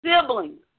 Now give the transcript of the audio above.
siblings